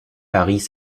paris